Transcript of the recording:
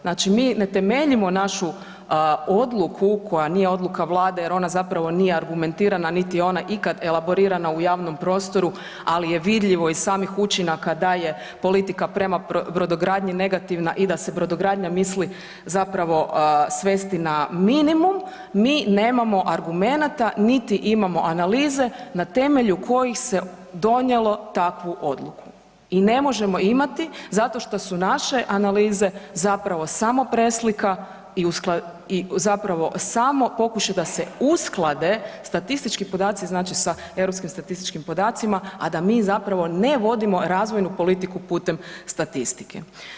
Znači mi ne temeljim našu odluku koja nije odluka Vlade jer ona zapravo nije argumentirana niti je ona ikad elaborirana u javnom prostoru ali je vidljivo iz samih učinaka da je politika prema brodogradnji negativna i da se brodogradnja misli zapravo svesti na minimum, mi nemamo argumenata niti imamo analize na temelju kojih se donijelo takvu odluku i ne možemo imati zato što su naše analize zapravo samo preslika i zapravo samo pokušaj da se usklade statistički podaci znači sa europskim statističkim podacima, a da mi zapravo ne vodimo razvojnu politiku putem statistike.